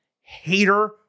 hater